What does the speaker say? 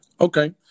Okay